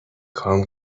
کام